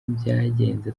byagenze